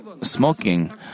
smoking